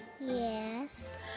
yes